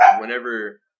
whenever